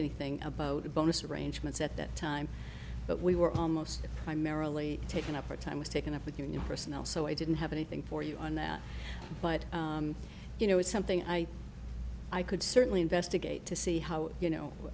anything about the bonus arrangements at that time but we were almost primarily taken up our time was taken up with you know personnel so i didn't have anything for you on that but you know it's something i i could certainly investigate to see how you know